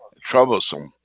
troublesome